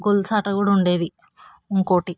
గొలుసు ఆట కూడా ఉండేది ఇంకొకటి